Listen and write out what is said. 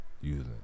Using